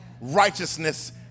righteousness